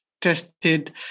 tested